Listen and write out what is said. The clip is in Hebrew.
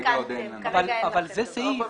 כרגע אין לכם.